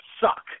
suck